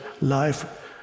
life